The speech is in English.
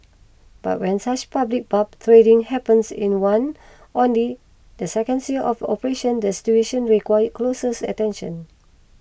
but when such public barb trading happens in one only the seconds year of operations the situation requires closes attention